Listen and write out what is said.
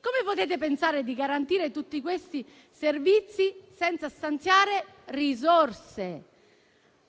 Come potete pensare di garantire tutti questi servizi senza stanziare risorse?